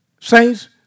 Saints